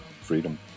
freedom